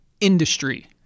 industry